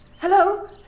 Hello